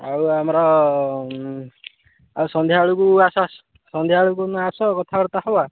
ଆଉ ଆମର ଆଉ ସନ୍ଧ୍ୟାବେଳକୁ ଆସ ସନ୍ଧ୍ୟାବେଳକୁ କେଉଁ ଦିନ ଆସ କଥାବାର୍ତ୍ତା ହେବା